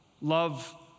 love